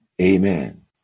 Amen